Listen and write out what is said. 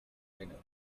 reiner